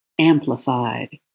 amplified